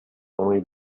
only